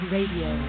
Radio